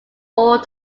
all